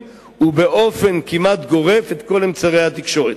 ובאופן כמעט גורף את כל אמצעי התקשורת.